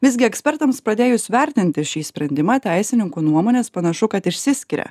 visgi ekspertams pradėjus vertinti šį sprendimą teisininkų nuomonės panašu kad išsiskiria